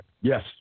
Yes